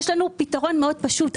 יש לנו פתרון מאוד פשוט,